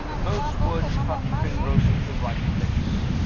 those words touched penrose in the right place.